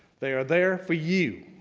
they are there for you.